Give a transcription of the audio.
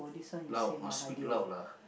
loud must speak loud lah